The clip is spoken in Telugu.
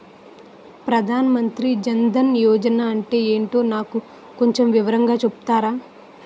ప్రధాన్ మంత్రి జన్ దన్ యోజన అంటే ఏంటో నాకు కొంచెం వివరంగా చెపుతారా?